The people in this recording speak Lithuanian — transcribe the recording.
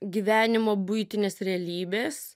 gyvenimo buitinės realybės